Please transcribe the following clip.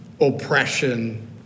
oppression